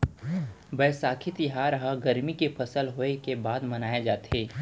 बयसाखी तिहार ह गरमी के फसल होय के बाद मनाए जाथे